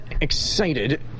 excited